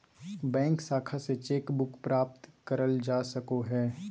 bank शाखा से cheque book प्राप्त करल जा सको हय